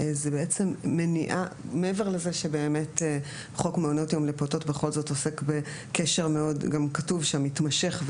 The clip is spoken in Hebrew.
חוק מעונות יום לפעוטות עוסק בקשר מתמשך,